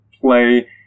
play